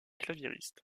claviériste